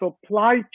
supply